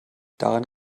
daran